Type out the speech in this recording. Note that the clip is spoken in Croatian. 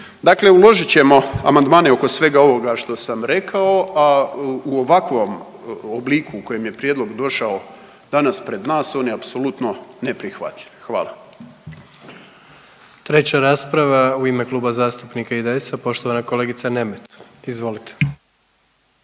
Dakle, uložit ćemo amandmane oko svega ovoga što sam rekao, a u ovakvom obliku u kojem je prijedlog došao danas pred nas on je apsolutno neprihvatljiv. Hvala. **Jandroković, Gordan (HDZ)** Treća rasprava u ime Kluba zastupnika IDS-a poštovana kolegica Nemet. Izvolite.